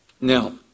Now